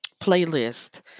playlist